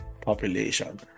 population